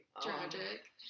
tragic